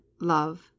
love